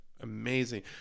amazing